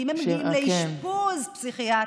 כי אם הם מגיעים לאשפוז פסיכיאטרי,